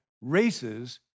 races